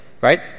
right